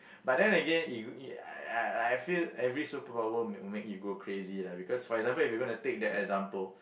but then again like I feel every superpower will make you go crazy lah because for example if you're going to take that example